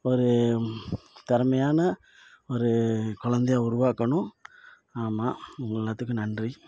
ஒரு திறமையான ஒரு குழந்தைய உருவாக்கணும் ஆமாம் உங்க எல்லாத்துக்கும் நன்றி